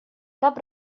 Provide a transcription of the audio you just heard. cap